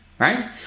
right